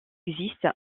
existe